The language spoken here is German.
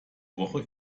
woche